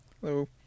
hello